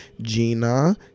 Gina